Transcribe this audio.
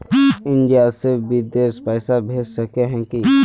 India से बिदेश पैसा भेज सके है की?